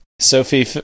Sophie